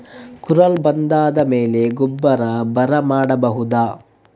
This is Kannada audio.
ಕುರಲ್ ಬಂದಾದ ಮೇಲೆ ಗೊಬ್ಬರ ಬರ ಕೊಡಬಹುದ?